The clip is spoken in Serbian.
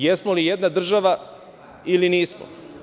Jesmo li jedna država ili nismo?